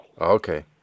Okay